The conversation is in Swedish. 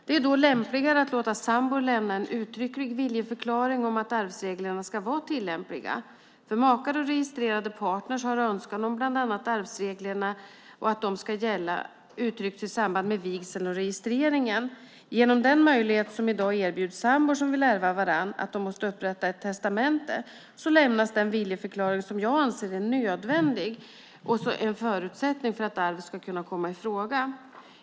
Det är då lämpligare att låta sambor lämna en uttrycklig viljeförklaring om att arvsreglerna ska vara tillämpliga. För makar och registrerade partner har önskan om att bland annat arvsreglerna ska gälla mellan dem uttryckts i samband med vigseln och registreringen. Genom den möjlighet som i dag erbjuds sambor som vill ärva varandra, att de måste upprätta ett testamente, lämnas den viljeförklaring som jag anser är en nödvändig förutsättning för att arv ska kunna komma i fråga.